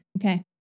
Okay